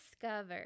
discover